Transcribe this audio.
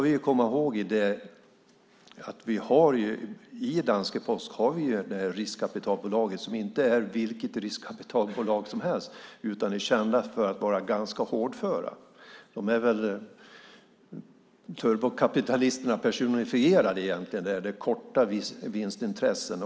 Vi ska komma ihåg att vi i danska Posten har ett riskkapitalbolag som inte är vilket riskkapitalbolag som helst, utan de är kända för att vara ganska hårdföra. Egentligen är de väl turbokapitalisterna personifierade så att säga; det handlar om kortsiktiga vinstintressen.